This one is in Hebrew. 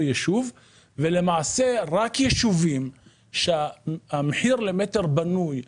ישוב ולמעשה רק ישובים שהמחיר למטר בנוי,